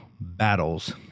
battles